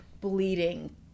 bleeding